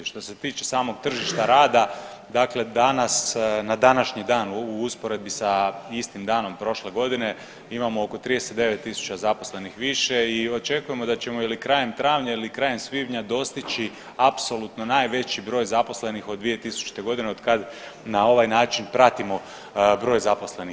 Što se tiče samog tržišta rada dakle danas na današnji dan u usporedbi sa istim danom prošle godine imamo oko 39.000 zaposlenih više i očekujemo da ćemo ili krajem travnja ili krajem svibnja dostići apsolutno najveći broj zaposlenih od 2000.g. od kad na ovaj način pratimo broj zaposlenih.